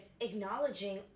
acknowledging